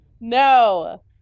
No